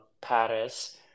paris